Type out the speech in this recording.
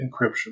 encryption